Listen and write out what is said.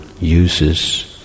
uses